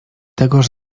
tegoż